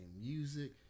music